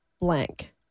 blank